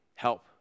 help